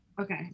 Okay